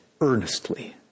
earnestly